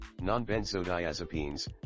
Non-benzodiazepines